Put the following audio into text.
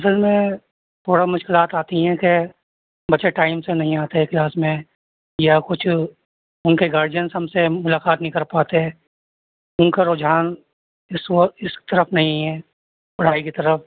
اصل میں تھوڑا مشکلات آتی ہیں کہ بچے ٹائم سے نہیں آتے ہیں کلاس میں یا کچھ ان کے گارجینس ہم سے ملاقات نہیں کر پاتے ان کا رجحان اس وقت کی طرف نہیں ہے پڑھائی کی طرف